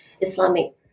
Islamic